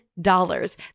dollars